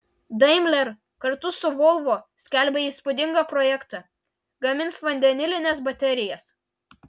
daimler kartu su volvo skelbia įspūdingą projektą gamins vandenilines baterijas